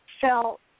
felt